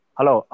Hello